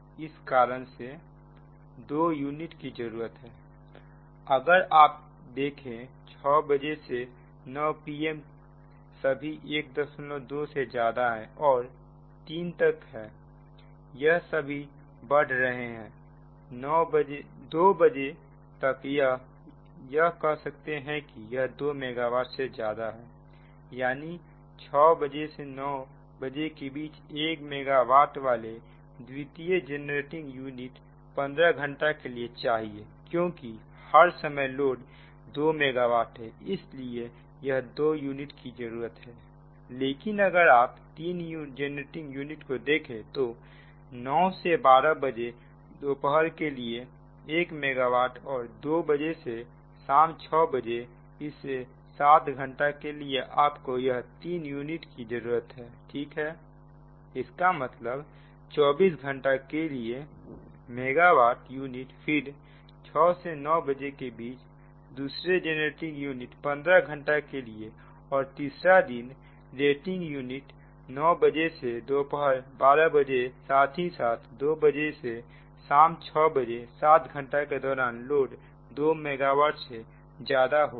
इस कारण से दो यूनिट की जरूरत है अगर आप देखें 600 am से 900 pm सभी 12 से ज्यादा है और 3 तक है यह सभी बढ़ रहे हैं 200 pm बजे तक यह कह सकते हैं कि यह 2 मेगावाट से ज्यादा है यानी 600 से 900 के बीच 1 मेगा वाट वाले द्वितीय जनरेटिंग यूनिट 15 घंटा के लिए चाहिए क्योंकि हर समय लोड 2 मेगावाट है इसलिए यह 2 यूनिट की जरूरत है लेकिन अगर आप 3 जेनरेटिंग यूनिट को देखें तो 900 से 1200 बजे दोपहर के लिए 1 मेगा वाट और 200 बजे से शाम 600 बजे इस 7 घंटा के लिए आपको यह तीनों यूनिट की जरूरत है ठीक है इसका मतलब 24 घंटे के लिए 1 मेगा वाट यूनिट फिर 600 से 900 के बीच दूसरे जेनरेटिंग यूनिट 15 घंटा के लिए और तीसरा दिन रेटिंग यूनिट 900 बजे से दोपहर 1200 बजे साथ ही साथ 200 बजे से शाम 600 बजे 7 घंटे के दौरान लोड 2 मेगावाट से ज्यादा होगी